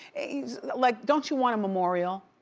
like, don't you want a memorial?